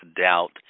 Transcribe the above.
doubt